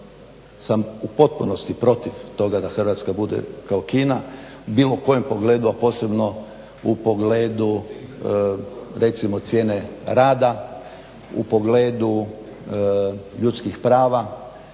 sam u potpunosti protiv toga da Hrvatska bude kao Kina u bilo kojem pogledu, a posebno u pogledu recimo cijene rada, u pogledu ljudskih prava